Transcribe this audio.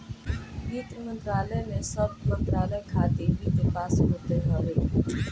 वित्त मंत्रालय में सब मंत्रालय खातिर वित्त पास होत हवे